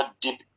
deep